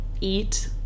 eat